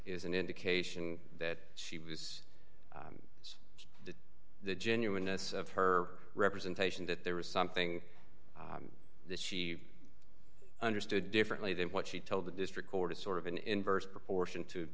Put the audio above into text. is an indication that she was the genuineness of her representation that there was something that she understood differently than what she told the district court is sort of in inverse proportion to